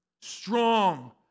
strong